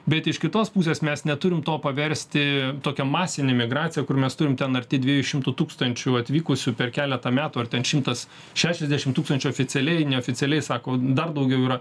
bet iš kitos pusės mes neturim to paversti tokia masine migracija kur mes turim ten arti dviejų šimtų tūkstančių atvykusių per keletą metų ar ten šimtas šešiasdešim tūkstančių oficialiai neoficialiai sako dar daugiau yra